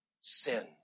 sin